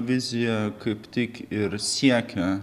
vizija kaip tik ir siekia